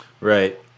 right